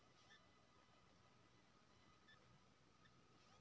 सरसो के पौधा के ठीक वृद्धि के लिये की करबै?